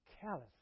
callous